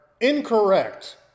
incorrect